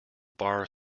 bar